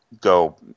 go